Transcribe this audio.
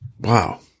Wow